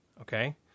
okay